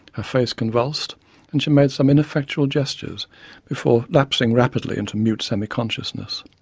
her face convulsed and she made some ineffectual gestures before lapsing rapidly into mute semi-consciousness.